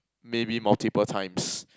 maybe multiple times